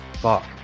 Fuck